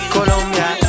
Colombia